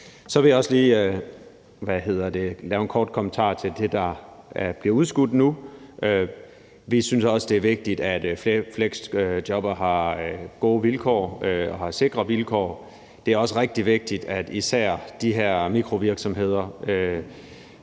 Så vil jeg også lige komme med en kort kommentar til det, der bliver udskudt nu. Vi synes også, det er vigtigt, at fleksjobbere har gode vilkår og har sikre vilkår. Det er også rigtig vigtigt, at især de her mikrovirksomheder,